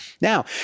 Now